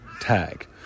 tag